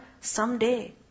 Someday